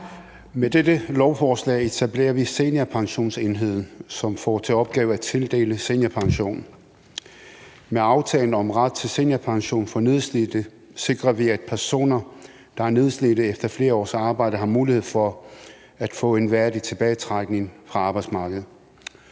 Med dette lovforslag etablerer vi Seniorpensionsenheden, som får til opgave at tildele seniorpension. Med aftalen om ret til seniorpension for nedslidte sikrer vi, at personer, der er nedslidte efter flere års arbejde, har mulighed for at få en værdig tilbagetrækning fra arbejdsmarkedet.